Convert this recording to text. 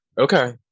Okay